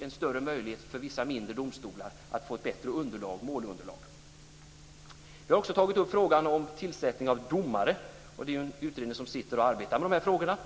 en större möjlighet för vissa mindre domstolar att få ett bättre målunderlag. Vi har också tagit upp frågan om tillsättning av domare. En utredning arbetar nu med de frågorna.